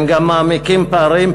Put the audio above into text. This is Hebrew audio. הם גם מעמיקים פערים,